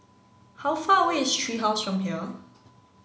how far away is Tree House from here